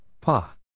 Pa